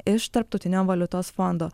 iš tarptautinio valiutos fondo